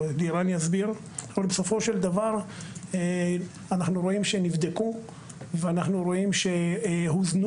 בסופו של דבר אנחנו רואים שנבדקו ואנחנו רואים שהוזנו